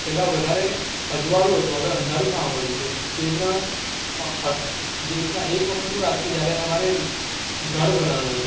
પહેલાં વધારે અજવાળું હતું હવે અંધારું થવા માંડ્યું છે જે રીતના જે રીતના એક વખતની વાત છે જ્યારે અમારે ઘર બનાવાનું હતું